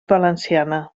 valenciana